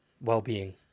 well-being